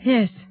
Yes